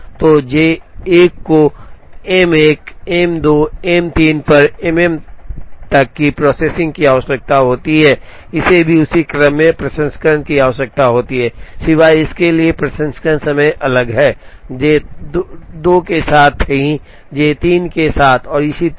तो जे 1 को M 1 M 2 M 3 M पर एम तक की प्रोसेसिंग की आवश्यकता होती है इसे भी उसी क्रम में प्रसंस्करण की आवश्यकता होती है सिवाय इसके कि प्रसंस्करण समय अलग हैं जे 2 के साथ ही जे 3 के साथ और इसी तरह